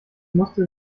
musste